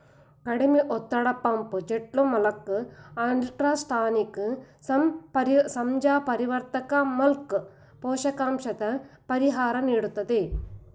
ಕಡಿಮೆ ಒತ್ತಡ ಪಂಪ್ ಜೆಟ್ಮೂಲ್ಕ ಅಲ್ಟ್ರಾಸಾನಿಕ್ ಸಂಜ್ಞಾಪರಿವರ್ತಕ ಮೂಲ್ಕ ಪೋಷಕಾಂಶದ ಪರಿಹಾರ ನೀಡ್ತದೆ